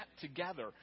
together